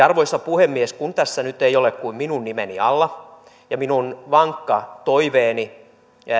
arvoisa puhemies kun tässä nyt ei ole kuin minun nimeni alla ja kun minun vankka toiveeni